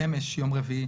אמש, יום רביעי